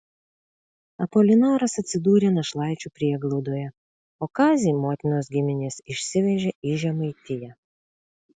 apolinaras atsidūrė našlaičių prieglaudoje o kazį motinos giminės išsivežė į žemaitiją